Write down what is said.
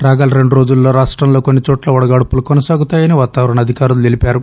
రాగల రెండు రోజుల్లో రాష్టంలో కొన్ని చోట్ల వడగాల్పులు కొనసాగుతాయని వాతావరణ అధికారులు తెలిపారు